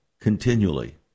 continually